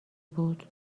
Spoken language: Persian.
بود